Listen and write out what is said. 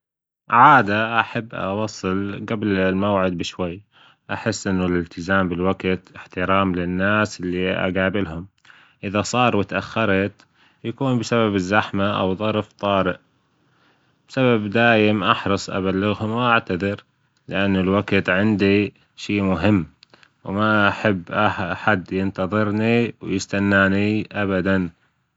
عادة أحب أوصل جبل الموعد بشوي أحس إنه الإلتزام بالوجت إحترام للناس اللي أجابلها، إذا صار وتأخرت يكون بسبب الزحمة أو ظرف طارئ سبب دايم أحرص أبلغهم وأعتذر، لأنه الوجت عندي شي مهم وما أحب أحد ينتظرني ويستناني أبدا.